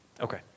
Okay